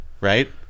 Right